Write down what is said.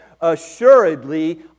Assuredly